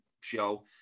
show